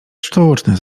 sztuczne